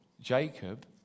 Jacob